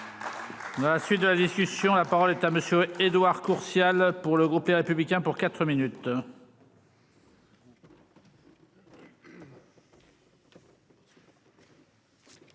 la suite de la discussion, la parole est à monsieur Édouard Courtial pour le groupe Les Républicains pour 4 minutes.